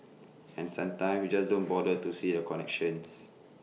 and sometimes we just don't bother to see the connections